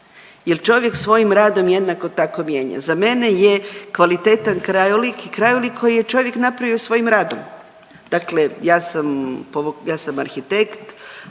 jel čovjek svojim radom jednako tako mijenja. Za mene je kvalitetan krajolik, krajolik koji je čovjek napravio svojim radom. Dakle, ja sam arhitekt